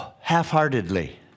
half-heartedly